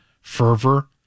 Fervor